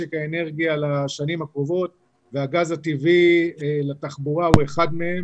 למשק האנרגיה לשנים הקרובות והגז הטבעי לתחבורה הוא אחד מהם